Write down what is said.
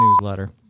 newsletter